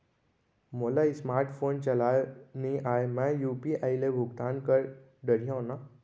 मोला smart phone चलाए नई आए मैं यू.पी.आई ले भुगतान कर डरिहंव न?